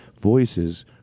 voices